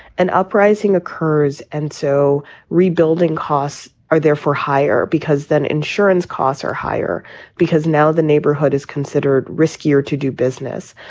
an uprising occurs. and so rebuilding costs are therefore higher because then insurance costs are higher because now the neighborhood is considered riskier to do business.